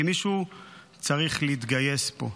כי מישהו צריך להתגייס פה.